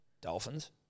dolphins